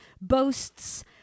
boasts